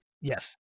Yes